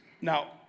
now